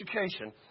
education